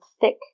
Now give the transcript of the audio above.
thick